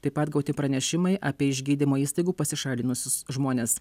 taip pat gauti pranešimai apie iš gydymo įstaigų pasišalinusius žmones